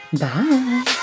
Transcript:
Bye